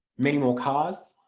many more cars